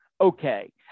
okay